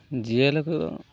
ᱡᱤᱭᱟᱹᱞᱤ ᱠᱚ